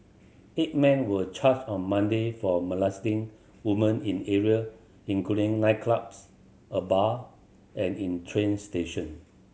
eight men were charged on Monday for molesting woman in area including nightclubs a bar and in train station